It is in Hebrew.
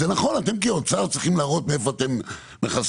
שאתם כאוצר צריכים לראות מאיפה אתם מכסים,